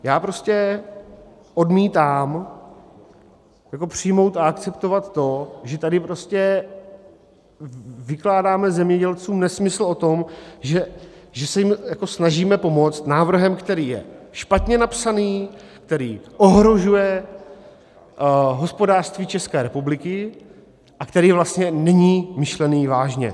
Já prostě odmítám přijmout a akceptovat to, že tady vykládáme zemědělcům nesmysl o tom, že se jim snažíme pomoct návrhem, který je špatně napsaný, který ohrožuje hospodářství České republiky a který vlastně není myšlen vážně.